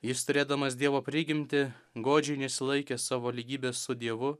jis turėdamas dievo prigimtį godžiai nesilaikė savo lygybės su dievu